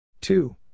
Two